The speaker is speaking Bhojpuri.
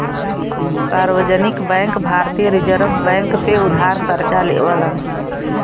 सार्वजनिक बैंक भारतीय रिज़र्व बैंक से उधार करजा लेवलन